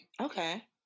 Okay